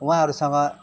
उहाँहरूसँग